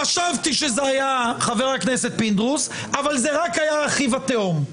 חשבתי שזה היה חבר הכנסת פינדרוס אבל זה היה אחיו התאום.